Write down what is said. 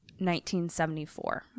1974